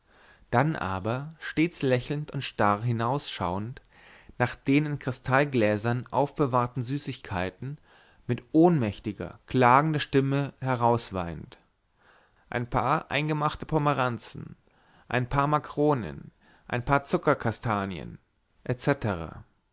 dann aber stets lächelnd und starr hinausschauend nach den in kristallgläsern aufbewahrten süßigkeiten mit ohnmächtiger klagender stimme herausweint ein paar eingemachte pomeranzen ein paar makronen ein paar zuckerkastanien